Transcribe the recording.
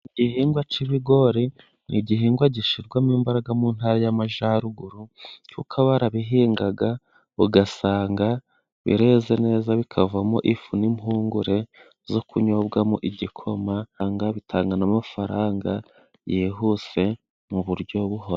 Igihingwa cy'ibigori, ni igihingwa gishyirwamo imbaraga mu ntara y'amajyaruguru, kuko barabihingaga ugasanga bireze neza bikavamo ifu n'impungure zo kunyobwamo igikoma, ahanga bitanga n'amafaranga yihuse mu buryo buhoraho.